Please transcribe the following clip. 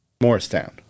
Morristown